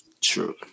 True